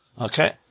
Okay